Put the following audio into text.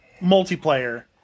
multiplayer